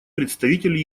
представитель